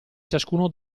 ciascuno